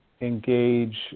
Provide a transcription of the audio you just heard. Engage